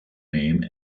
name